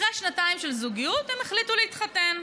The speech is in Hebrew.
אחרי שנתיים של זוגיות הן החליטו להתחתן.